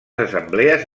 assemblees